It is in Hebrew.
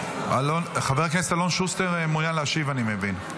חבר הכנסת אלון שוסטר מעוניין להשיב, אני מבין.